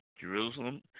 Jerusalem